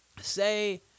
say